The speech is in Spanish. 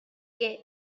que